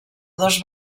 dos